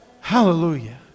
Hallelujah